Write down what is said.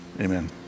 amen